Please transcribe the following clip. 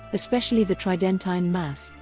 especially the tridentine mass,